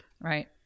Right